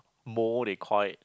mold they call it